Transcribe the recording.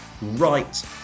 right